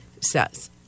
says